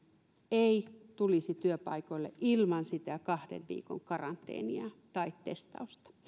ei tulisi työpaikoille ilman sitä kahden viikon karanteenia tai testausta